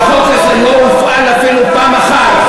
והחוק הזה לא הופעל אפילו פעם אחת,